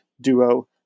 duo